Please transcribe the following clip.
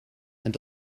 and